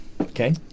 Okay